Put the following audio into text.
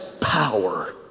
power